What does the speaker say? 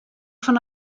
fan